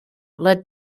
led